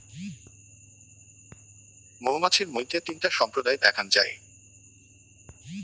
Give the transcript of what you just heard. মৌমাছির মইধ্যে তিনটা সম্প্রদায় দ্যাখাঙ যাই